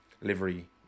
livery